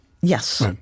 Yes